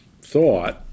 thought